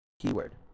keyword